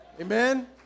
Amen